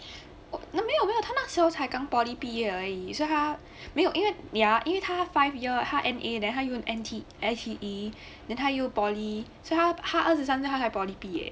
then 没有没有他那时候才刚 poly 毕业而已所以他没有因为 ya 因为他 five year 他 N_A then 他 n t I_T_E then 他又 poly 所以他他二十三他才 poly 毕业